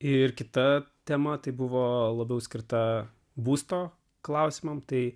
ir kita tema tai buvo labiau skirta būsto klausimams tai